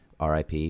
RIP